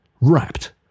Wrapped